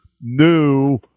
new